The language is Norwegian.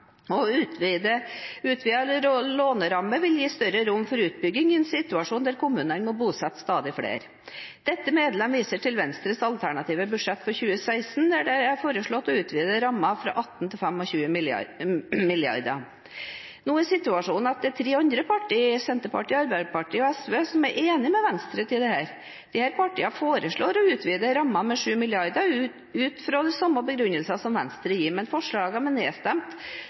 låneramme vil gi større rom for utbygging i en situasjon hvor kommunene må bosette stadig flere. Dette medlem viser derfor til Venstres alternative statsbudsjett for 2016, hvor det foreslås å utvide Husbankens låneramme fra 18 mrd. kroner til 25 mrd. kroner.» Nå er situasjonen at det er tre andre partier, Senterpartiet, Arbeiderpartiet og SV, som er enig med Venstre i dette. Disse partiene foreslo å utvide rammen med 7 mrd. kr ut fra den samme begrunnelsen som Venstre gir, men forslaget ble nedstemt